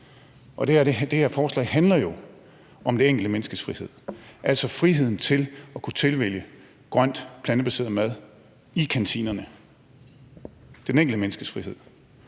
Det her forslag handler jo om det enkelte menneskes frihed, altså friheden til at kunne tilvælge grønt, plantebaseret mad, i kantinerne – det enkelte menneskes frihed.